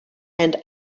and